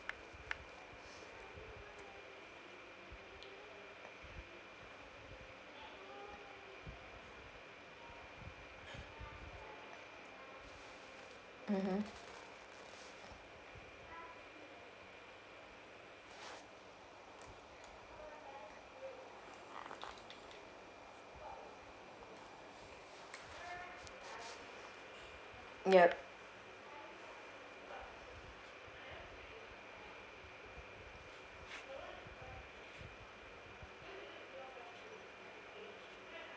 mmhmm yup